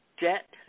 debt